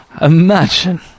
imagine